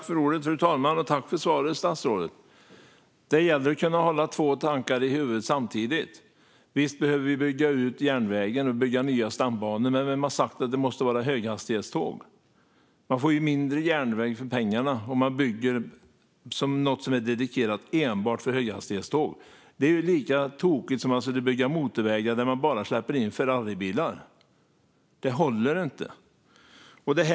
Fru talman! Tack, statsrådet, för svaret! Det gäller att kunna hålla två tankar i huvudet samtidigt. Visst behöver vi bygga ut järnvägen och bygga nya stambanor, men vem har sagt att det måste vara höghastighetståg? Man får mindre järnväg för pengarna om man bygger något som är dedikerat enbart för höghastighetståg. Detta är lika tokigt som att bygga motorvägar där man bara släpper in Ferraribilar. Det håller inte.